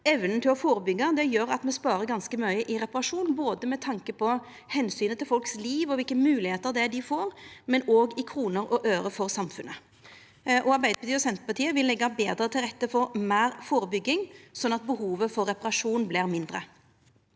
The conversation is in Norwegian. evna til å førebyggja gjer at me sparar ganske mykje i reparasjon, både med tanke på omsynet til livet til folk og kva moglegheiter dei får, og i kroner og øre for samfunnet. Arbeidarpartiet og Senterpartiet vil leggja betre til rette for meir førebygging, slik at behovet for reparasjon vert mindre.